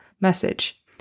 message